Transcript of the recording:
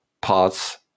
parts